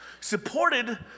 supported